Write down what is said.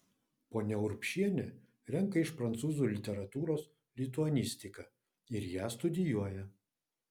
ponia urbšienė renka iš prancūzų literatūros lituanistiką ir ją studijuoja